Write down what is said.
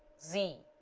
z